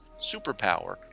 superpower